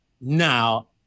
Now